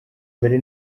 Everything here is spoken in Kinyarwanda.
mbere